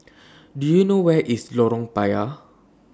Do YOU know Where IS Lorong Payah